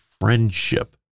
friendship